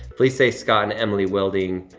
please say scott and emily wilding.